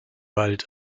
wald